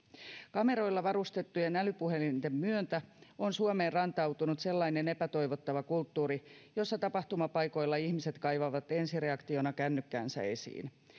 kameroilla varustettujen älypuhelinten myötä on suomeen rantautunut sellainen epätoivottava kulttuuri jossa tapahtumapaikoilla ihmiset kaivavat ensireaktiona kännykkänsä esiin